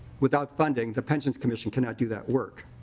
without funding the pension commission cannot do that work.